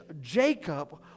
Jacob